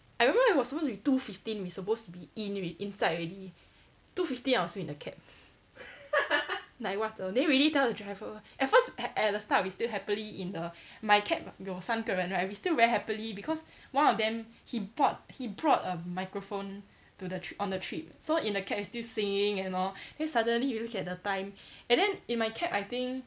I remember it was supposed to be two fifteen we supposed to be in alr~ inside already two fifteen I was still in the cab like what the then we already tell the driver at first at at the start we still happily in the my cab got 三个人 right we still very happily because one of them he bought he brought a microphone to the tr~ on the trip so in the cab we still singing and all then suddenly we look at the time and then in my cab I think